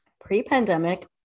Pre-pandemic